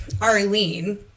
Arlene